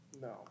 No